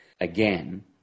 again